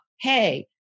hey